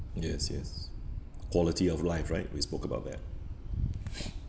yes yes quality of life right we spoke about that